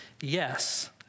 yes